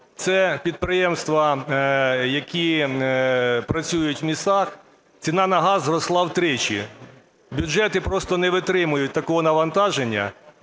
Це підприємства, які працюють в містах. Ціна на газ зросла втричі. Бюджети просто не витримують такого навантаження.